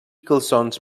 calçons